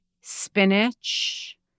spinach